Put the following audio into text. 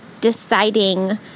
deciding